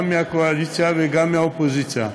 גם מהקואליציה וגם מהאופוזיציה,